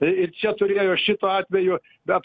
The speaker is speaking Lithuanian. į ir čia turėjo šituo atveju be